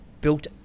built